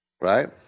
right